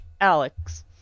Alex